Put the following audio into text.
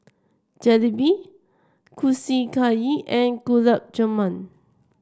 Jalebi Kushiyaki and Gulab Jamun